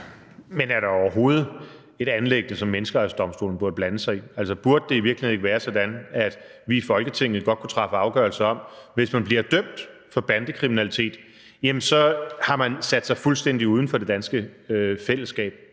Men er det overhovedet et anliggende, som Menneskerettighedsdomstolen burde blande sig i? Altså, burde det i virkeligheden ikke være sådan, at vi i Folketinget godt kunne træffe afgørelse om, at hvis man bliver dømt for bandekriminalitet, har man sat sig fuldstændig uden for det danske fællesskab?